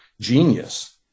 genius